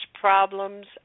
problems